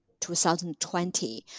2020